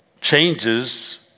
changes